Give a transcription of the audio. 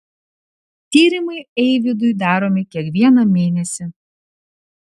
tyrimai eivydui daromi kiekvieną mėnesį